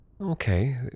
okay